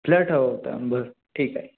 flat हवा होता बरं ठीक आहे